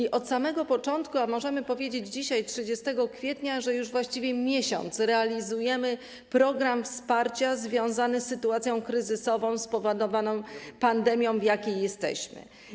I od samego początku, a możemy powiedzieć dzisiaj, 30 kwietnia, że już właściwie miesiąc, realizujemy program wsparcia związany z sytuacją kryzysową spowodowaną pandemią, w jakiej jesteśmy.